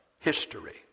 History